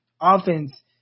offense